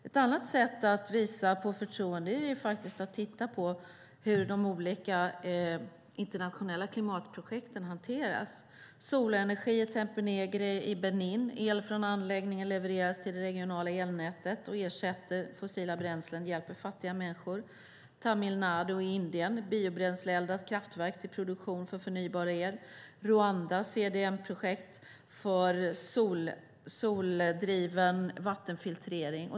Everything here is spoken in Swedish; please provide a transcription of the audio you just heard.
Ett annat sätt att visa på förtroende är faktiskt att titta på hur de olika internationella klimatprojekten hanteras. Det handlar till exempel om solenergi i Tempégré i Benin, där el från anläggningen levereras till det regionala elnätet och ersätter fossila bränslen. Det hjälper fattiga människor. I Tamil Nadu i Indien har man ett biobränsleeldat kraftverk för produktion av förnybar el. I Rwanda finns ett CDM-projekt för soldriven vattenfiltrering.